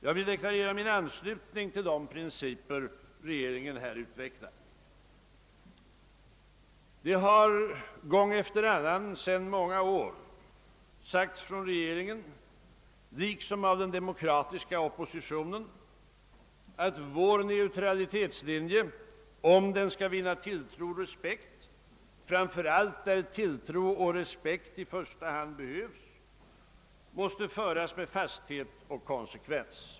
Jag vill deklarera min anslutning till de principer regeringen här utvecklar. Det har gång efter annan sedan många år sagts av regeringen liksom av den demokratiska oppositionen, att vår neutralitetslinje, om den skall vinna tilltro och respekt — framför allt där tilltro och respekt i första hand behövs — måste föras med fasthet och konsekvens.